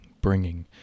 bringing